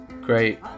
great